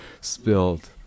spilled